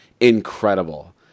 incredible